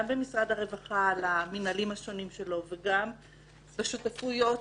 במשרד הרווחה על המנהלים השונים שלו וגם בשותפויות שלנו,